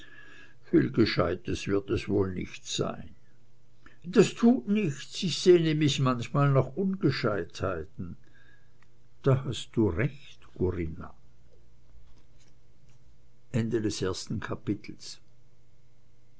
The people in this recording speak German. viel gescheites wird es wohl nicht sein das tut nichts ich sehne mich manchmal nach ungescheitheiten da hast du recht corinna